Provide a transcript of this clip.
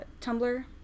Tumblr